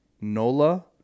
Nola